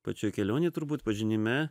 pačioj kelionėj turbūt pažinime